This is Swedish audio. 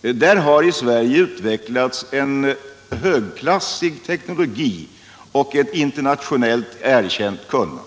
Där har i Sverige utvecklats en högklassig teknologi och ett internationellt erkänt kunnande.